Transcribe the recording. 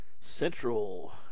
Central